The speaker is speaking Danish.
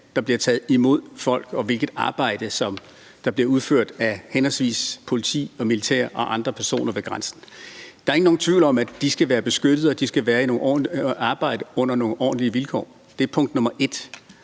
der bliver taget imod folk, og hvilket arbejde der bliver udført af henholdsvis politiet og militæret og andre personer ved grænsen. Der er ikke nogen tvivl om, at de skal være beskyttede, og at de skal arbejde på nogle ordentlige vilkår. Det er punkt nr.